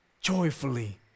joyfully